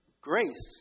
grace